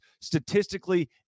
statistically